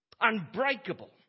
unbreakable